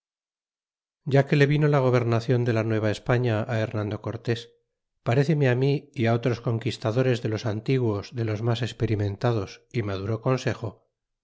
ya que le vino la gobernacion de la nuevaespaña hernando cortés paréceme mi y otros conquistadores de los antiguos de los mas experimentados y maduro consejo